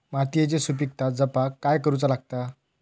मातीयेची सुपीकता जपाक काय करूचा लागता?